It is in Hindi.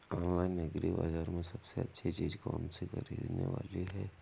ऑनलाइन एग्री बाजार में सबसे अच्छी चीज कौन सी ख़रीदने वाली है?